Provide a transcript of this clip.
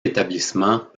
établissement